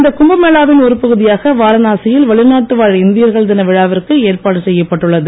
இந்த கும்மேளாவின் ஒரு பகுதியாக வாரணாசியில் வெளிநாட்டு வாழ் இந்தியர்கள் தின விழாவிற்கு ஏற்பாடு செய்யப்பட்டுள்ளது